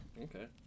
Okay